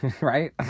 right